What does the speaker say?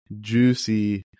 juicy